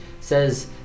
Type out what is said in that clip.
says